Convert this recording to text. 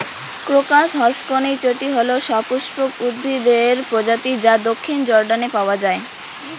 crocus হসকনেইচটি হল সপুষ্পক উদ্ভিদের প্রজাতি যা দক্ষিণ জর্ডানে পাওয়া য়ায়